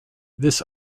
this